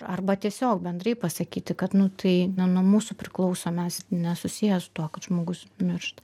arba tiesiog bendrai pasakyti kad nu tai ne nuo mūsų priklauso mes nesusiję su tuo kad žmogus miršta